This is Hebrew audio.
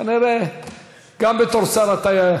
כנראה גם בתור שר אתה,